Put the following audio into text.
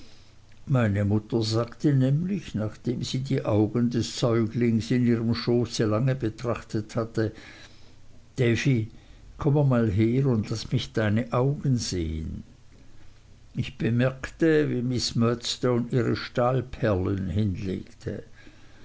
meine mutter sagte nämlich nachdem sie die augen des säuglings in ihrem schoße lange betrachtet hatte davy komm einmal her und laß mich deine augen sehen ich bemerkte wie miß murdstone ihre stahlperlen hinlegte